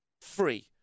free